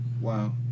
Wow